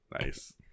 nice